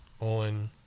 on